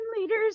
leaders